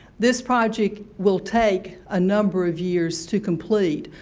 this project will take a number of years to complete,